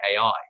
AI